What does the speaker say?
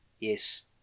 Yes